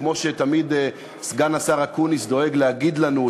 כמו שתמיד סגן השר אקוניס דואג להגיד לנו,